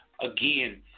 Again